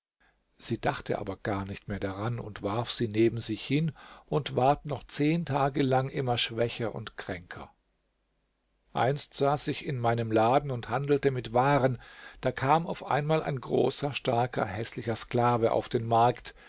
sie dachte aber gar nicht mehr daran und warf sie neben sich hin und ward noch zehn tage lang immer schwächer und kränker einst saß ich in meinem laden und handelte mit waren da kam auf einmal ein großer starker häßlicher sklave auf den markt